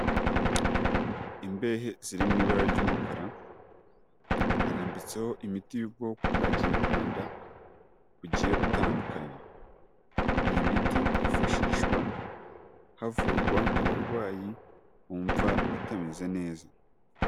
Imbehe ziri mu ibara ry'umukara, harambitseho imiti y'ubwoko bwa kinyarwanda bugiye butandukanya, iyi miti yifashishwa havurwa abarwayi bumva batameze neza.